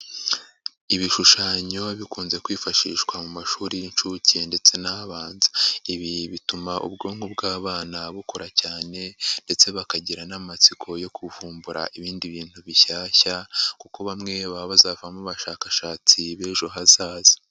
Ibishushanyo biba bikunze kwifashishwa mu mashuri y'inshuke ndetse n'abanza, ibi bituma ubwonko bw'abana bukora cyane ndetse bakagira n'amatsiko yo kuvumbura ibindi bintu bishyashya kuko bamwe baba bazavamo abashakashatsi b'ejo hazaza.